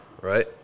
Right